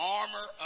armor